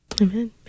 Amen